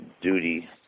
duty